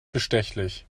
bestechlich